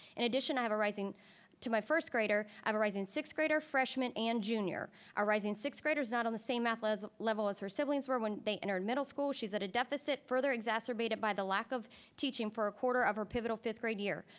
in addition, i have a rising to my first grader, i have a rising sixth grader, freshman, and junior. our rising sixth graders is not on the same athletic level as her siblings were when they entered middle school. she's at a deficit further exacerbated by the lack of teaching for a quarter of her pivotal fifth grade year.